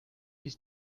ist